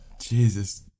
Jesus